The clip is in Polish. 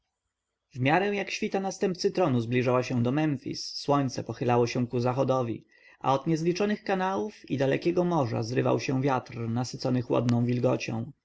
miarę jak świta następcy tronu zbliżała się do memfis słońce pochylało się ku zachodowi a od niezliczonych kanałów i dalekiego morza zrywał się wiatr nasycony chłodną wilgocią